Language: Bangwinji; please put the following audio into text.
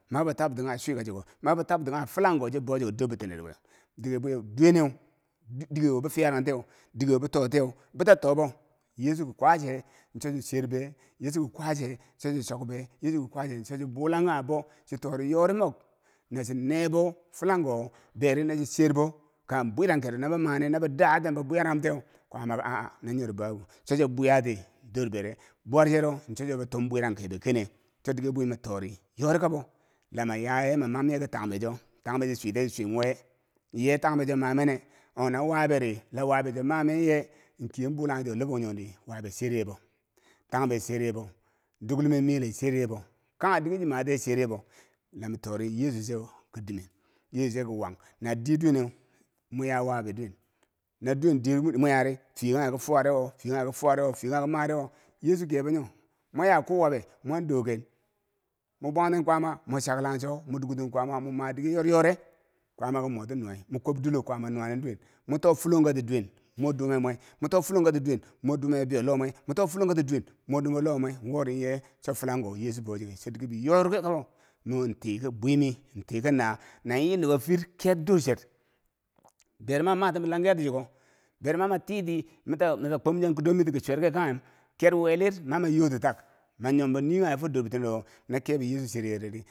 Mabo tabti kanghe chwika cheko mo bo tabti kanghe filango cho bochigo dor bitenerowe dike bweyeu duweneu dike who bo fiyarantiyeu dike wo be totiyeu beta tobo yeechu ki kwaache in chochechet be yeechu ku kwaache chokbe yeechu ki kwaache in cho che boolanghe kanghe bo chitori yori mok nyo chin nebo filangho beri nachi cherbo kanghe bwirankero bero bo maneu no boda dan bobwiya ranghum tiyau kwama ki ha- ha no nyo re babu chocho bwiyati dur bere bwir chero chocho bo torm bwarang kenebero chodi ke bwi mato ri yori kabo la ma yaye mamab ye ke tangbe cho tangbe che chwetiyeu che chwe we niken tangbe cho mag mamene? ho- na wabe re lawabe cho ma men ye?. kinye bulaghe chiko labangjong di wabe cheryebo tang be cheryebo duklume meleu cheryebo kanghe dike chi matiyeu cheryebo lamitori yeechu cheu ke dimin yeechu chew ki wang na diye duwen mo ya wabi duwen na duwen diye wiin neq fiyekange ki fuware wo fiye kangne kefuware wo fiyekaughe ke mare wo yeechu kebonyo mwo yaku wabe mon duken mobwain ten kwaama mo chalangcho moducton kwaama mo madike yoryore kwaama kemo kinuyan mo kwob dilo kwama nuwanen muto fullon katiduwen mor dumemwe bibleyo loh mwemato fullon kaduwen mur nubolomwe whori cho filango yeechu bouchighe yorikabo mo in tikibwi mi tikina na yenubofir ker durcher mama matem bilangiyu ker durcher mana matem bilangiya tichigho mama titimeta ghomchan dur mer tiki chwerka kanghe ker welin mama yotitak ma nyamba tikanghe fo dorbe tenerowo noke yeechu cheryeredi.